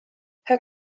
her